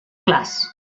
clars